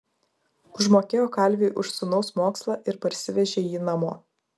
užmokėjo kalviui už sūnaus mokslą ir parsivežė jį namo